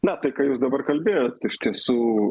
na tai ką jūs dabar kalbėjot iš tiesų